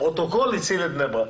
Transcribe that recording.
לפרוטוקול הציל את בני ברק.